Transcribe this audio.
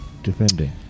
defending